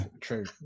True